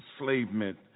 enslavement